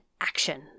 action